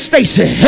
stacy